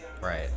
Right